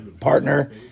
Partner